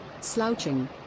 slouching